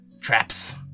traps